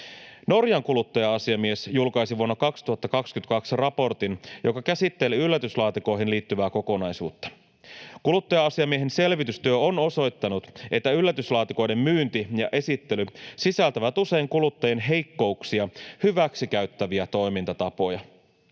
Norjan kuluttaja-asiamies julkaisi vuonna 2022 raportin, joka käsitteli yllätyslaatikoihin liittyvää kokonaisuutta. Kuluttaja-asiamiehen selvitystyö on osoittanut, että yllätyslaatikoiden myynti ja esittely sisältävät usein kuluttajien heikkouksia hyväksikäyttäviä toimintatapoja.